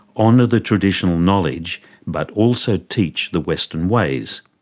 honour the traditional knowledge but also teach the western ways.